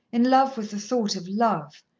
in love with the thought of love,